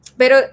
pero